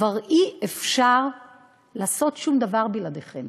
כבר אי-אפשר לעשות שום דבר בלעדיכן.